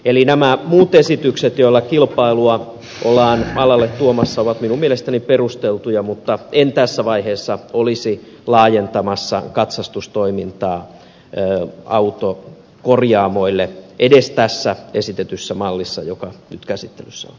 eli nämä muut esitykset joilla kilpailua ollaan alalle tuomassa ovat minun mielestäni perusteltuja mutta en tässä vaiheessa olisi laajentamassa katsastustoimintaa autokorjaamoille edes tässä esitetyssä mallissa joka nyt käsittelyssä on